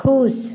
खुश